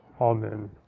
Amen